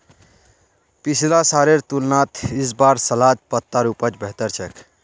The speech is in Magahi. पिछला सालेर तुलनात इस बार सलाद पत्तार उपज बेहतर छेक